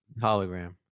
hologram